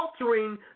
altering